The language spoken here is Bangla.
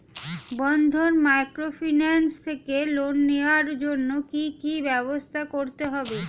বন্ধন মাইক্রোফিন্যান্স থেকে লোন নেওয়ার জন্য কি কি ব্যবস্থা করতে হবে?